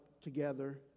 together